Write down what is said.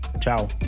ciao